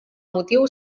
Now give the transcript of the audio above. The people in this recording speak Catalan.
motiu